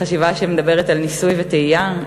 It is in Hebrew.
חשיבה שמדברת על ניסוי וטעייה,